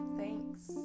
thanks